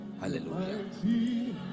Hallelujah